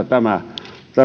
tämä